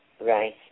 Right